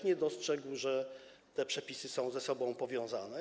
Nie dostrzegł, że te przepisy są ze sobą powiązane.